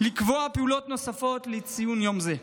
לקבוע פעולות נוספות לציון יום זה.